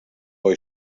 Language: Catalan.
boi